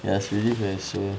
ya it's really very suay